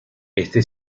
este